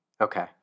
Okay